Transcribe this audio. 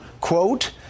quote